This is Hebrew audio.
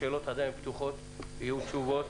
השאלות עדיין פתוחות ויהיו תשובות.